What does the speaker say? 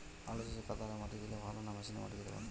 আলু চাষে কদালে মাটি দিলে ভালো না মেশিনে মাটি দিলে?